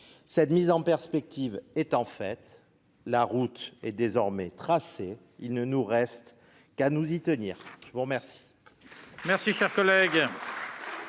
Cette mise en perspective étant faite, la route est désormais tracée. Il ne nous reste qu'à nous y tenir. La parole